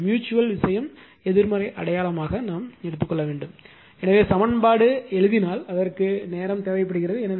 அது ம்யூச்சுவல் விஷயம் எதிர்மறை அடையாளமாக இருக்கும் எனவே சமன்பாடு எழுதினால் அதற்கு நேரம் தேவைப்படுகிறது